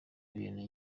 ibintu